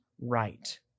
right